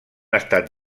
estat